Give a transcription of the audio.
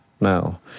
now